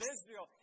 Israel